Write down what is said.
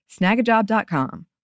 Snagajob.com